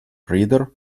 reader